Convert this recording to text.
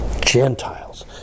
Gentiles